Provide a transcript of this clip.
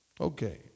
Okay